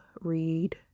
read